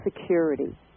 security